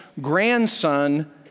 grandson